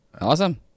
Awesome